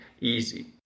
easy